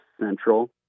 Central